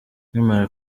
nkimara